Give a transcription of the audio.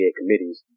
committees